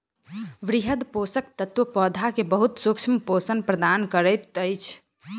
वृहद पोषक तत्व पौधा के बहुत सूक्ष्म पोषण प्रदान करैत अछि